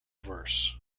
verse